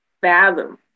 fathom